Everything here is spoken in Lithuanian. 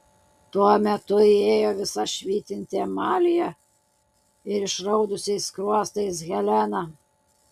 tuo metu įėjo visa švytinti amalija ir išraudusiais skruostais helena